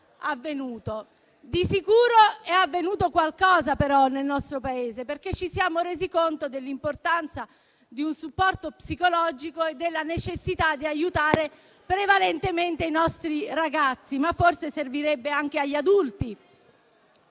Di sicuro è avvenuto qualcosa nel nostro Paese, perché ci siamo resi conto dell'importanza di un supporto psicologico e della necessità di aiutare prevalentemente i nostri ragazzi, ma forse ciò servirebbe anche agli adulti.